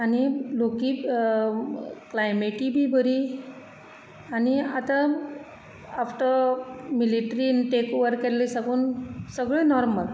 आनी लोकीय क्लायमेटी बी बरी आनी आतां आफ्टर मिलिटेरीन टेक ओवर केल्ले साकून सगळें नॉर्मल